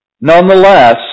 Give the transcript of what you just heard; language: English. Nonetheless